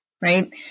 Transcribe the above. right